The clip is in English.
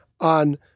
on